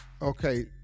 Okay